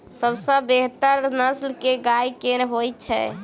सबसँ बेहतर नस्ल केँ गाय केँ होइ छै?